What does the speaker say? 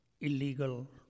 illegal